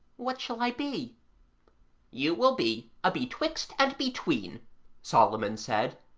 what shall i be you will be a betwixt-and-between solomon said,